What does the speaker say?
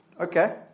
Okay